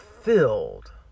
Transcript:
filled